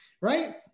right